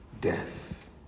death